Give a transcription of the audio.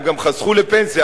הם גם חסכו לפנסיה,